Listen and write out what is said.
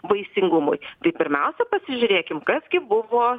vaisingumui tai pirmiausia pasižiūrėkim kas gi buvo